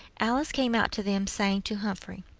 alice came out to them, saying to humphrey,